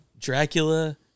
Dracula